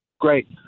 great